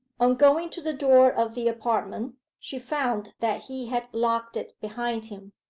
on going to the door of the apartment she found that he had locked it behind him.